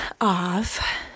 off